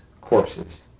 corpses